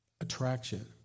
Attraction